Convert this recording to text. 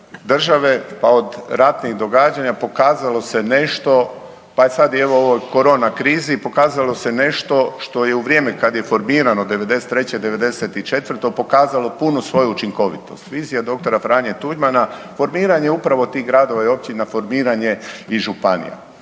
u ovoj korona krizi, pokazalo se nešto što je u vrijeme kad je formirano '93., '94. pokazalo punu svoju učinkovitost. Vizija dr. Franje Tuđmana, formiranje upravo tih gradova i općina, formiranje i županija.